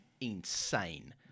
insane